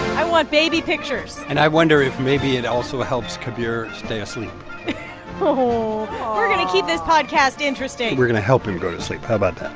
i want baby pictures and i wonder if maybe it also helps kabir stay asleep oh aw we're going to keep this podcast interesting we're going to help him go to sleep. how about that?